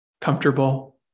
comfortable